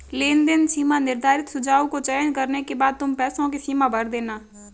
लेनदेन सीमा निर्धारित सुझाव को चयन करने के बाद तुम पैसों की सीमा भर देना